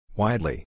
widely